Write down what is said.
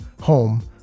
home